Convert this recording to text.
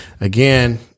again